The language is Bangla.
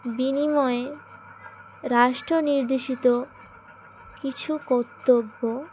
বিনিময়ে রাষ্ট্র নির্দেশিত কিছু কর্তব্য